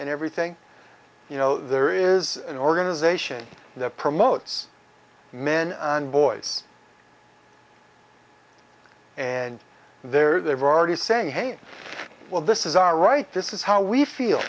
and everything you know there is an organization that promotes men and boys and they're they're already saying hey well this is our right this is how we feel